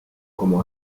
como